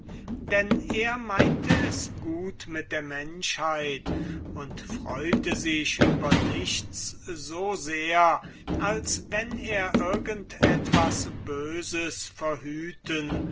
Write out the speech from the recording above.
denn er meinte es gut mit der menschheit und freute sich über nichts so sehr als wenn er irgend etwas böses verhüten